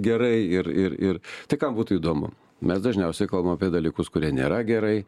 gerai ir ir ir tai kam būtų įdomu mes dažniausiai kalbam apie dalykus kurie nėra gerai